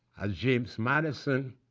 as james madison,